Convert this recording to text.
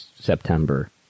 September